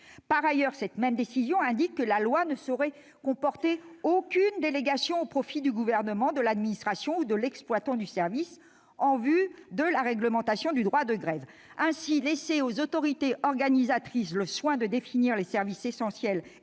droit. Cette même décision indique également que la loi ne saurait comporter aucune délégation au profit du Gouvernement, de l'administration ou de l'exploitant du service en matière de réglementation du droit de grève. Ainsi, laisser aux autorités organisatrices le soin de définir les services essentiels